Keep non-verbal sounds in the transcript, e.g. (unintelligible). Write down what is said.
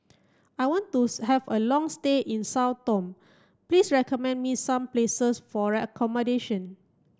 I want to (unintelligible) have a long stay in Sao Tome please recommend me some places for accommodation